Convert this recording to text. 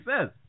says